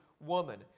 woman